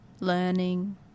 learning